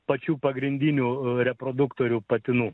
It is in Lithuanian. pačių pagrindinių reproduktorių patinų